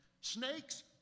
Snakes